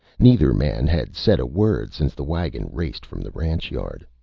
neither man had said a word since the wagon raced from the ranch yard.